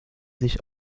sich